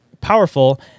powerful